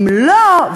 אם לא,